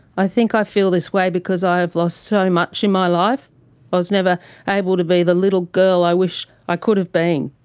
i think i feel this way because i have lost so much in my life. i was never able to be the little girl i wished i could have been.